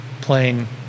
playing